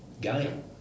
game